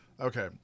okay